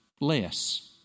less